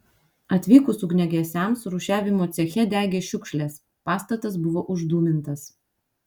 atvykus ugniagesiams rūšiavimo ceche degė šiukšlės pastatas buvo uždūmintas